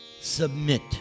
submit